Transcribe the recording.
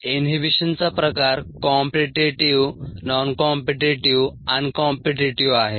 इनहिबिशनचा प्रकार competitive non competitive uncompetitive आहे